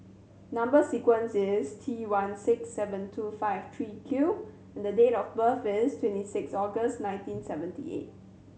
number sequence is T one six seven two five three Q and date of birth is twenty six August nineteen seventy eight